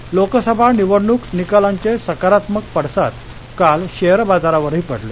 share Lok Sabha निवडणूक निकालांचे सकारात्मक पडसाद काल शेअर बाजारावरही पडले